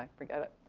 like forget it.